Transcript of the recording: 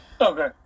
Okay